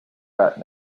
rat